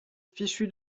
fichu